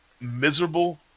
miserable